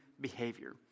behavior